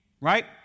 right